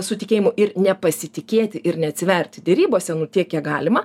su tikėjimu ir nepasitikėti ir neatsiverti derybose tiek kiek galima